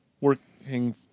working